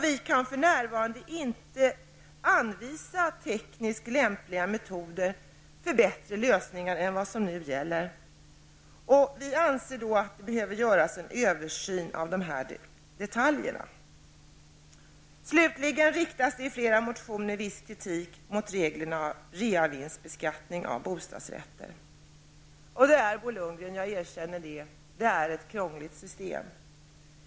Vi kan för närvarande inte anvisa tekniskt lämpliga metoder för bättre lösningar än vad som nu gäller. Vi anser därför att det behövs en översyn av detaljerna i detta avseende. Slutligen riktas det i flera motioner viss kritik mot reglerna för reavinstbeskattning beträffande bostadsrätter. Jag erkänner, Bo Lundgren, att systemet är krångligt.